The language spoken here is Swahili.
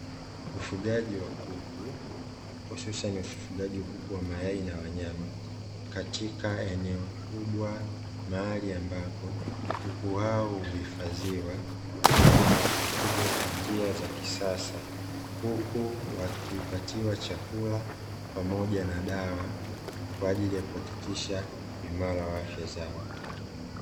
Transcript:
Ufugaji wa kuku hususani ufugaji wa kuku wa mayai na wa nyama katika eneo kubwa, mahali ambapo kuku hao huifadhiwa na kufugwa kwa njia za kisasa huku wakipatiwa chakula pamoja na dawa kwa ajili ya kuhakikisha uimara wa afya zao.